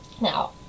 Now